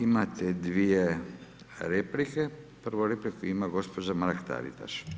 Imate dvije replike, prvu repliku ima gospođa Mrak-Taritaš.